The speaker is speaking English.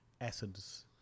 acids